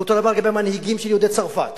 ואותו דבר לגבי המנהיגים של יהודי צרפת